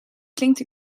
klinkt